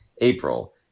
April